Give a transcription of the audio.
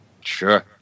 Sure